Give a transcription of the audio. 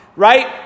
Right